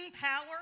power